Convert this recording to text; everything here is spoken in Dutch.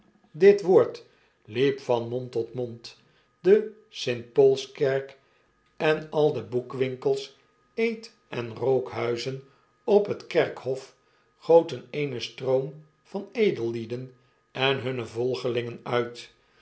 dit woord liep vn mond tot mond de st pauls kerk en al de boekwinkels eet en rookhuizen op het kerkhof goten eenen stroom van edellieden en hunne volgelingen uit